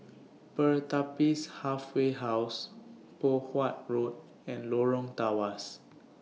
Pertapis Halfway House Poh Huat Road and Lorong Tawas